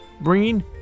bringing